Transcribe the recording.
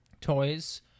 toys